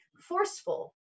forceful